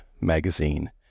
magazine